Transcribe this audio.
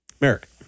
Merrick